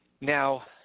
Now